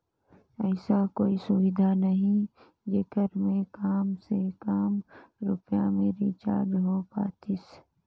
ऐसा कोई सुविधा नहीं जेकर मे काम से काम रुपिया मे रिचार्ज हो पातीस?